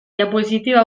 diapositiba